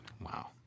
Wow